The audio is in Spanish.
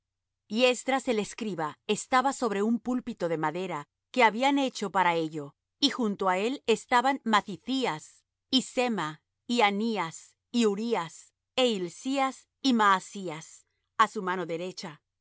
y esdras el escriba estaba sobre un púlpito de madera que habían hecho para ello y junto á él estaban mathithías y sema y anías y urías é hilcías y maasías á su mano derecha